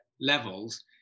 levels